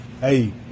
Hey